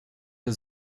der